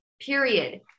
period